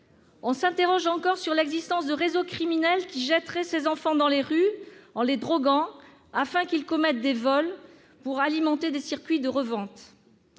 On s'interroge encore sur l'existence de réseaux criminels qui jetteraient ces enfants dans les rues en les droguant, afin qu'ils commettent des vols pour alimenter des circuits de revente.